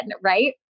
Right